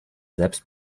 selbst